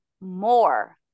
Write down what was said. more